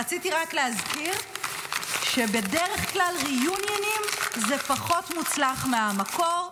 רציתי רק להסביר שבדרך כלל reunion זה פחות מוצלח מהמקור.